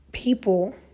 People